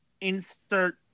insert